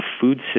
food